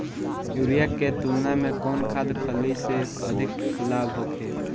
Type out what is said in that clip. Urea के तुलना में कौन खाध खल्ली से अधिक लाभ होखे?